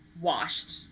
washed